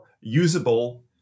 usable